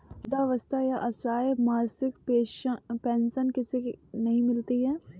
वृद्धावस्था या असहाय मासिक पेंशन किसे नहीं मिलती है?